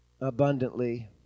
abundantly